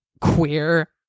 queer